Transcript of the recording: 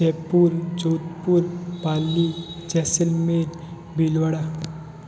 Jaipur Jodhpur Pali Jaisalmer Bhilwara